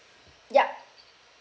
yup